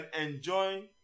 enjoy